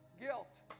guilt